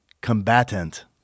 Combatant